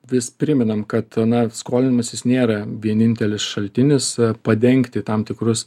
vis primenam kad na skolinimasis nėra vienintelis šaltinis padengti tam tikrus